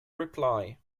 reply